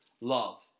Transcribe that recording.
Love